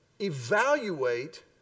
evaluate